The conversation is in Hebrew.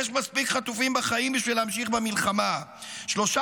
יש מספיק חטופים בחיים בשביל להמשיך במלחמה"; ב-13